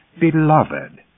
Beloved